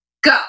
go